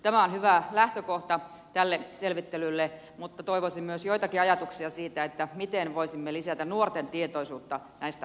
tämä on hyvä lähtökohta tälle selvittelylle mutta toivoisin myös joitakin ajatuksia siitä miten voisimme lisätä nuorten tietoisuutta näistä asioista